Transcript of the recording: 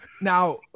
Now